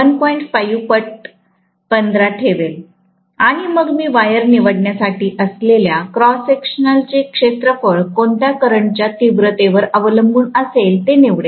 5 पट 15 ठेवेल आणि मग मी वायर निवडण्यासाठी असलेल्या क्रॉस सेक्शनचे क्षेत्रफळ कोणत्या करंटच्या तीव्रतेवर अवलंबून असेल ते निवडेल